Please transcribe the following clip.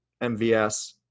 mvs